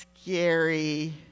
scary